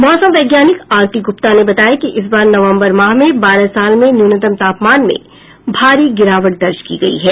मौसम वैज्ञानिक आरती गुप्ता ने बताया कि इस बार नवम्बर माह में बारह साल में न्यूनतम तापमान में भारी गिरावट दर्ज की गयी है